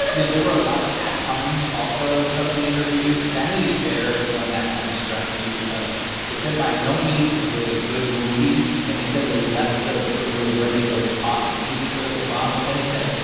ah yeah. there were a lot of cat puns also with some of these reviews. vanity fair is one that kind of struck me because it said, by no means is it a good movie, and they said that he left the premiere ready to toss an easy critical bomb. but then he said,